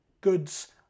goods